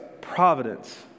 providence